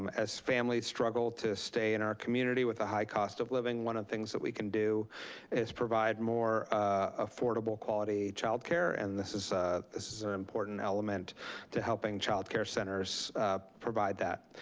um as families struggle to stay in our community with the high cost of living. one of the things that we can do is provide more affordable quality childcare, and this is ah this is an important element to helping childcare centers provide that.